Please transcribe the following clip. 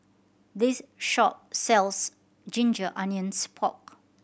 this shop sells ginger onions pork